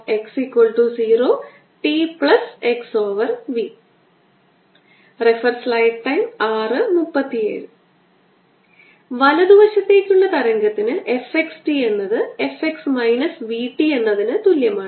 fxtfx0t xv fxtfx0txv വലതു വശത്തേക്കുള്ള തരംഗത്തിന് f x t എന്നത് f x minus v t എന്നതിന് തുല്യമാണ്